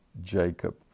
Jacob